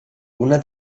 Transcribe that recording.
una